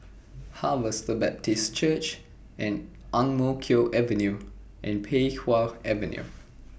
Harvester Baptist Church Ang Mo Kio Avenue and Pei Wah Avenue